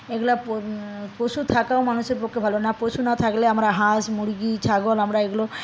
এগুলো পশু থাকাও মানুষের পক্ষে ভালো না পশু না থাকলেও আমরা হাঁস মুরগি ছাগল আমরা এগুলো